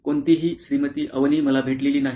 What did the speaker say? कोणतीही श्रीमती अवनी मला भेटलेली नाही